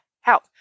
help